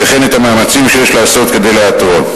וכן את המאמצים שיש לעשות כדי לאתרם.